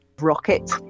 rocket